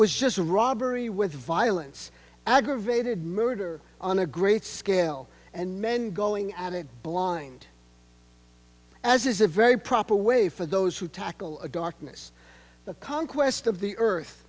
was just robbery with violence aggravated murder on a great scale and men going at it blind as is a very proper way for those who tackle the darkness the conquest of the earth